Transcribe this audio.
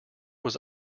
was